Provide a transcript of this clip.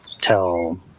tell